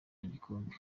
igikombe